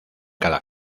cada